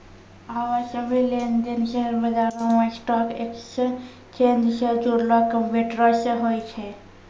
आबे सभ्भे लेन देन शेयर बजारो मे स्टॉक एक्सचेंज से जुड़लो कंप्यूटरो से होय छै